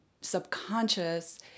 subconscious